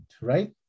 right